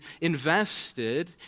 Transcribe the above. invested